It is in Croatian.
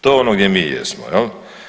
To je ono gdje mi jesmo.